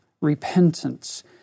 repentance